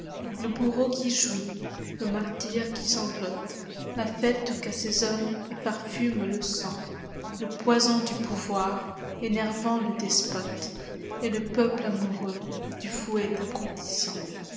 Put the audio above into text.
le bourreau qui jouit le martyr qui sanglote la fête qu'assaisonne et parfume le sang le poison du pouvoir énervant le despote et le peuple amoureux du fouet abrutissant